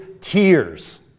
tears